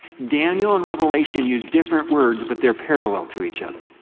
daniel and revelation use different words but they're parallel to each other.